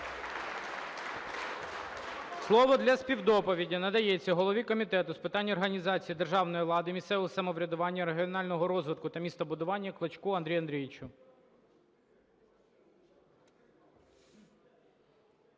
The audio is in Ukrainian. Слово для співдоповіді надається голові комітету з питань організації державної влади, місцевого самоврядування, регіонального розвитку та містобудування Клочку Андрію Андрійовичу.